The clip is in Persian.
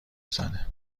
بزنه